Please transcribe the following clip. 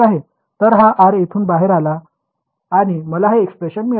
तर हा R येथून बाहेर आला आणि मला हे एक्सप्रेशन मिळाले